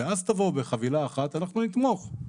ואז תבואו בחבילה אחת, אנחנו נתמוך.